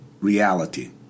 reality